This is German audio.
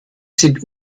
sind